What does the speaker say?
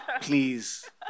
please